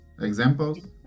Examples